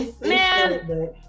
Man